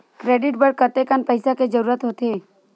Credit बर कतेकन पईसा के जरूरत होथे?